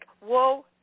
whoa